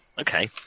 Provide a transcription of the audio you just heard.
Okay